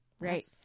Right